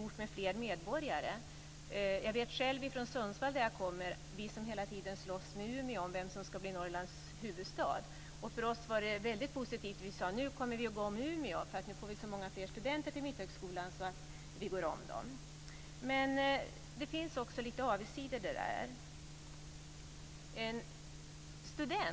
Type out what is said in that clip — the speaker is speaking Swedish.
orten får fler medborgare. Jag vet själv det från Sundsvall som jag kommer ifrån. Vi slåss hela tiden med Umeå om vilken som ska bli Norrlands huvudstad. För oss var det väldigt positivt. Vi sade att nu kommer vi att gå om Umeå, för vi kommer att få så många studenter till Mitthögskolan. Men det finns också avigsidor i detta.